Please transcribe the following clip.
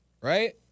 right